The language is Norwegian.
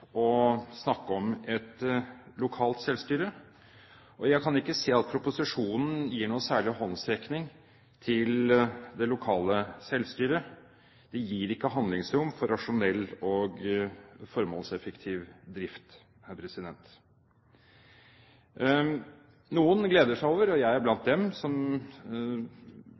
snakke om et lokalt selvstyre. Jeg kan ikke se at proposisjonen gir noen håndsrekning til det lokale selvstyret. Den gir ikke handlingsrom for rasjonell og formålseffektiv drift. Noen gleder seg over – og jeg er blant dem